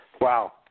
Wow